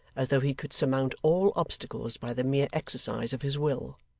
as though he could surmount all obstacles by the mere exercise of his will.